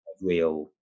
real